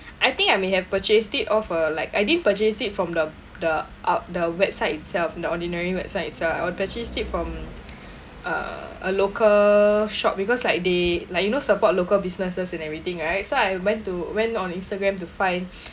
I think I may have purchased it of a like I didn't purchase it from the the out the website itself in the Ordinary websites itself I were purchased it from uh a local shop because like they like you know support local businesses and everything right so I went to went on Instagram to find